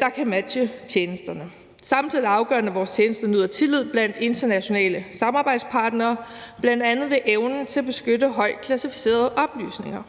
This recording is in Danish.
der kan matche tjenesterne. Samtidig er det afgørende, at vores tjenester nyder tillid blandt internationale samarbejdspartnere, bl.a. ved evnen til at beskytte højt klassificerede oplysninger.